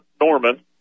Norman